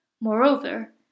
Moreover